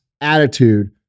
attitude